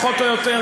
פחות או יותר,